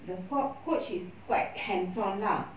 the coa~ coach is quite hands on lah